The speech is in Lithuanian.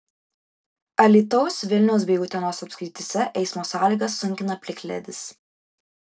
alytaus vilniaus bei utenos apskrityse eismo sąlygas sunkina plikledis